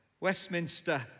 Westminster